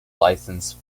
license